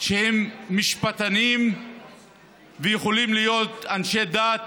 שהם משפטנים ויכולים להיות אנשי דת